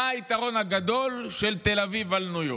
מה היתרון הגדול של תל אביב על ניו יורק?